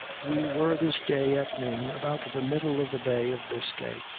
we were this day at noon about the middle of the bay of biscay,